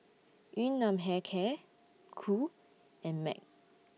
Yun Nam Hair Care Qoo and Mac